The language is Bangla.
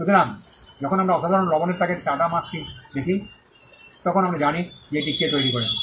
সুতরাং যখন আমরা সাধারণ লবণের প্যাকেটে টাটা মার্কটি দেখি তখন আমরা জানি যে এটি কে তৈরি করেছে